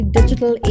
digital